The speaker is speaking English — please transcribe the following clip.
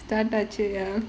start ஆச்சி:aachi ya